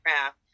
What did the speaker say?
craft